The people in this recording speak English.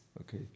okay